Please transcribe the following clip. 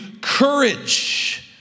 courage